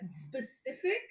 specific